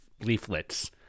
leaflets